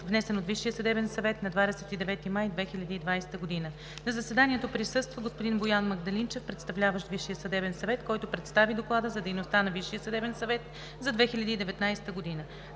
внесен от Висшия съдебен съвет на 29 май 2020 г. На заседанието присъства господин Боян Магдалинчев – представляващ Висшия съдебен съвет, който представи Доклада за дейността на Висшия съдебен съвет за 2019 г.